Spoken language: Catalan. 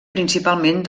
principalment